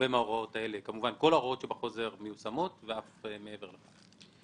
כל ההוראות שבחוזר מיושמות, ואף מעבר לזה.